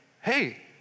hey